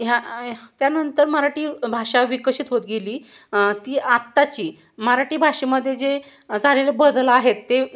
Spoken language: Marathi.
ह्या त्यानंतर मराठी भाषा विकसित होत गेली ती आत्ताची मराठी भाषेमध्ये जे झालेले बदल आहेत ते